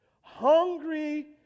Hungry